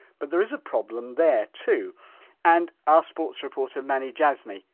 but there is a problem there too and our sports reporter, mani djazmi,